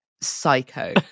Psycho